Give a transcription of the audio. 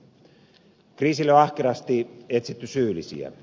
kriisille on ahkerasti etsitty syyllisiä